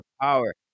power